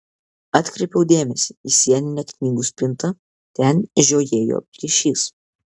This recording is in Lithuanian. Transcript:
atkreipiau dėmesį į sieninę knygų spintą ten žiojėjo plyšys